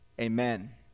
amen